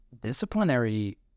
disciplinary